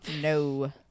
No